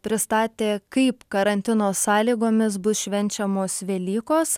pristatė kaip karantino sąlygomis bus švenčiamos velykos